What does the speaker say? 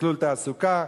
מסלול תעסוקה.